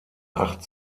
acht